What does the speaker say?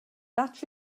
that